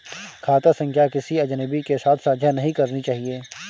खाता संख्या किसी अजनबी के साथ साझा नहीं करनी चाहिए